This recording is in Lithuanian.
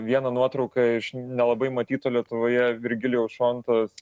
vieną nuotrauką iš nelabai matyto lietuvoje virgilijaus šontos